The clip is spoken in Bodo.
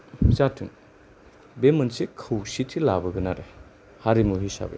जाथों बे मोनसे खौसेथि लाबोगोन आरो हारिमु हिसाबै